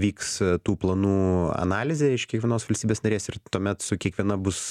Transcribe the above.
vyks tų planų analizė iš kiekvienos valstybės narės ir tuomet su kiekviena bus